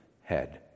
head